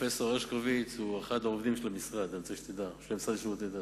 פרופסור הרשקוביץ הוא אחד העובדים של המשרד לשירותי דת.